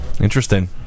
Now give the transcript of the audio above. Interesting